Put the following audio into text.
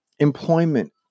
employment